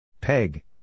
Peg